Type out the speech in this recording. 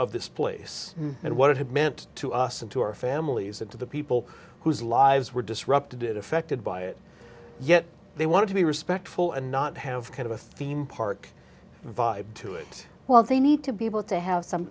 of this place and what it meant to us and to our families and to the people whose lives were disrupted affected by it yet they want to be respectful and not have kind of a theme park vibe to it well they need to be able to have some